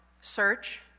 search